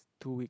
two week